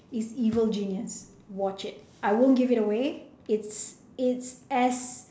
is evil genius watch it I won't give it away it's it's as